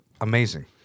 Amazing